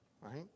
right